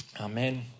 Amen